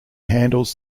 handles